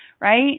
right